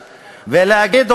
ולהגיד,